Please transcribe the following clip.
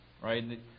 Right